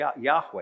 yahweh